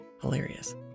hilarious